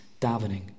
davening